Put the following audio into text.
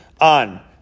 on